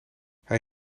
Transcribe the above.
hij